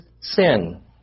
sin